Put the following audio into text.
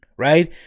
Right